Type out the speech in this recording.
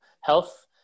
health